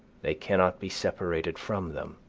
they cannot be separated from them.